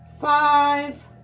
five